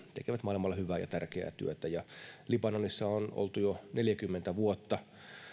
tekevät maailmalla hyvää ja tärkeää työtä libanonissa on oltu jo neljäkymmentä vuotta